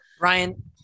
Ryan